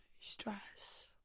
stress